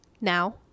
Now